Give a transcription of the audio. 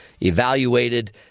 evaluated